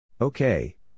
Okay